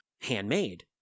handmade